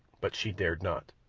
but she dared not.